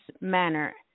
manner